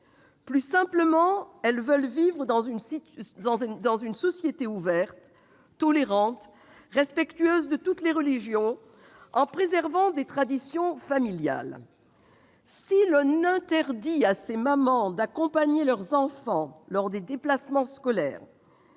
Plus simplement, elles veulent vivre dans une société ouverte, tolérante, respectueuse de toutes les religions, en préservant des traditions familiales. Si l'on interdit à ces mamans d'accompagner leurs enfants lors de déplacements scolaires,